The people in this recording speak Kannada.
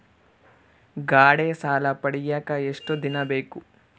ಗಾಡೇ ಸಾಲ ಪಡಿಯಾಕ ಎಷ್ಟು ದಿನ ಬೇಕು?